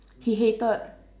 he hated